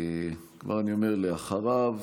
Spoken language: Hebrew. אחריו,